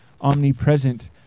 omnipresent